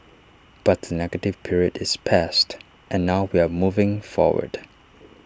but the negative period is past and now we are moving forward